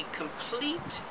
complete